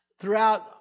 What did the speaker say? Throughout